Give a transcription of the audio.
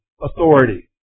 authority